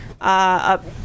up